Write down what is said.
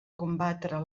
combatre